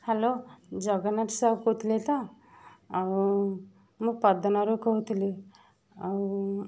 hello Jagannath Sahu କହୁଥିଲେ ତ ଆଉ ମୁଁ ପଦନାରୁ କହୁଥିଲି ଆଉ